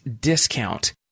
discount